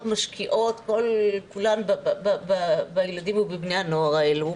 משקיעות כולן בילדים ובבני הנוער האלו